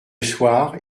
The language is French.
soir